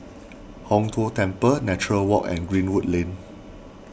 Hong Tho Temple Nature Walk and Greenwood Lane